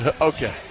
Okay